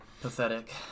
Pathetic